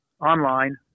online